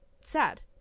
sad